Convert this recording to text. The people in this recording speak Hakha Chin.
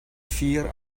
fir